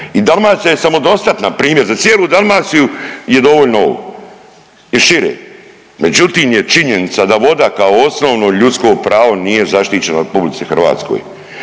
Dalmacija je samodostatna, primjer za cijelu Dalmaciju je dovoljno ovo i šire. Međutim, je činjenica da voda kao osnovno ljudsko pravo nije zaštićeno u RH.